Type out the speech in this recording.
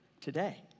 today